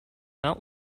not